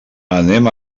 anem